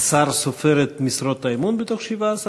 השר סופר את משרות האמון בתוך ה-17,